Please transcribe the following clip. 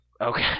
Okay